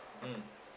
mm